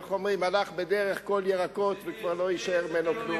הלך בדרך כל ירקות, וכבר לא יישאר ממנו כלום.